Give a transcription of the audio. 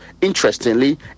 Interestingly